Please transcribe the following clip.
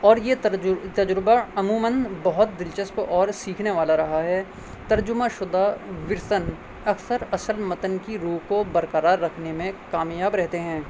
اور یہ تجربہ عموماً بہت دلچسپ اور سیکھنے والا رہا ہے ترجمہ شدہ ورسن اکثر اصل متن کی روح کو برقرار رکھنے میں کامیاب رہتے ہیں